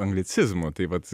anglicizmų tai vat